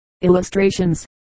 Illustrations